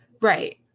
Right